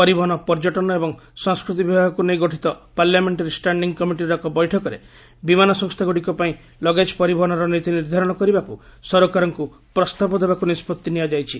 ପରିବହନ ପର୍ଯ୍ୟଟନ ଏବଂ ସଫ୍କୃତି ବିଭାଗକୁ ନେଇ ଗଠିତ ପାର୍ଲାମେଷ୍ଟାରୀ ଷ୍ଟାଣ୍ଡି କମିଟିର ଏକ ବୈଠକରେ ବିମାନ ସଂସ୍ଥାଗୁଡିକ ପାଇଁ ଲଗେଜ ପରିବହନର ନୀତି ନିର୍ଦ୍ଧାରଣ କରିବାକୁ ସରକାରଙ୍କୁ ପ୍ରସ୍ତାବ ନେବାକୁ ନିଷ୍ପଭି ନିଆଯାଇଛି